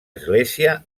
església